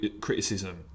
criticism